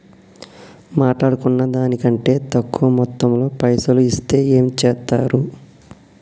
మాట్లాడుకున్న దాని కంటే తక్కువ మొత్తంలో పైసలు ఇస్తే ఏం చేత్తరు?